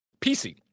pc